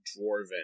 dwarven